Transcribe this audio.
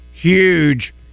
huge